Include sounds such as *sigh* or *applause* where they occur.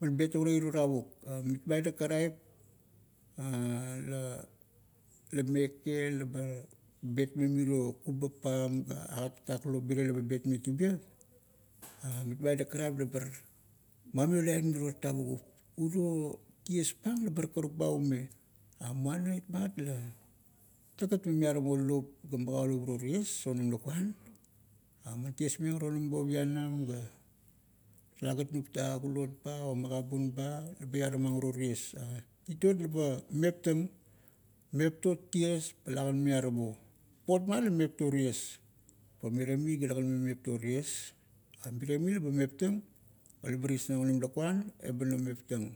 Man betong ara iro tavuk. Mitmaidang karaip *hesitation* lameke laba betmeng miro kubap pam ga aga tatak lop mirie laba betmeng tubiat, mitmaidang karaip labar ma miolaing miro tavukup. uro tiespang labar karuk ba ume, muana itmat la talegat man miaramo lop ga magaulap uro ties onim lakuan. man tiesmeng ara onim bo pianam ga talagat nupta kulot ba o magabun ba, ba iaramang uro ties. Tituot laba meptang, mepto ties pa lagan miaramo. Papot ma la mepto ties, pa mirie mi ga legan mepto ties. Mirie mi leba meptang, pa leba tiesnang onim lakuan, eba nomeptang.